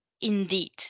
Indeed